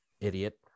idiot